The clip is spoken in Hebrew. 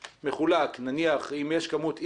מחולק, נניח אם יש כמות X,